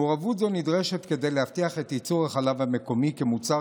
מעורבות זו נדרשת כדי להבטיח את ייצור החלב המקומי כמוצר